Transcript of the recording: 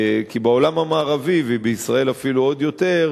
בעולם המערבי, ובישראל אפילו עוד יותר,